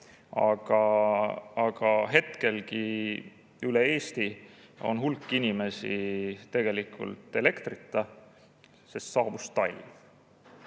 Aga hetkel on üle Eesti hulk inimesi tegelikult elektrita, sest saabus talv.